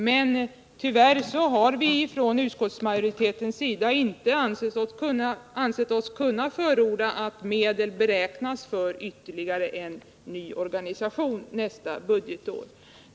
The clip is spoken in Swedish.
Men tyvärr har vi från utskottsmajoritetens sida inte ansett oss kunna förorda att medel beräknas för ytterligare en ny organisation nästa budgetår.